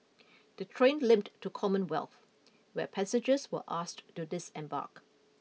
the train limped to Commonwealth where passengers were asked to disembark